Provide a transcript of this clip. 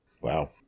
Wow